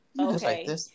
okay